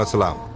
allow